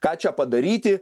ką čia padaryti